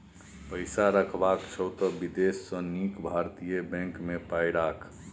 पैसा रखबाक छौ त विदेशी सँ नीक भारतीय बैंक मे पाय राख